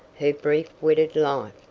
her brief wedded life,